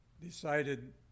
decided